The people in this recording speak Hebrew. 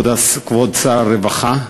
כבוד שר הרווחה,